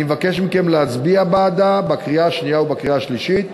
אני מבקש מכם להצביע בעדה בקריאה השנייה ובקריאה השלישית.